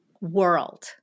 world